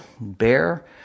bear